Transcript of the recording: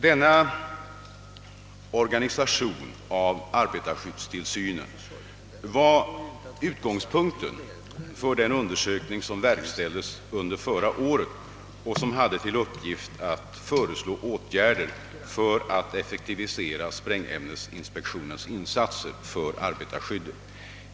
Denna organisation av arbetarskyddstillsynen var utgångspunkten för den undersökning som verkställdes förra året och som hade till uppgift att föreslå åtgärder för att effektivisera sprängämnesinspektionens insatser för arbetarskyddet.